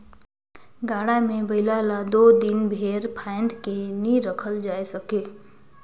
गाड़ा मे बइला ल दो दिन भेर फाएद के नी रखल जाए सके